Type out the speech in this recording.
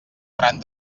faran